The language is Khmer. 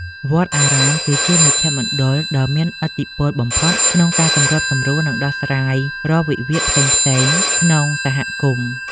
វត្តអារាម គឺជាមជ្ឈមណ្ឌលដ៏មានឥទ្ធិពលបំផុតក្នុងការសម្របសម្រួល និងដោះស្រាយរាល់វិវាទផ្សេងៗក្នុងសហគមន៍។